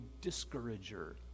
discourager